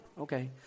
okay